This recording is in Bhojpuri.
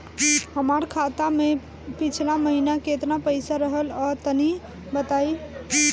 हमार खाता मे पिछला महीना केतना पईसा रहल ह तनि बताईं?